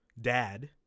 dad